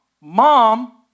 Mom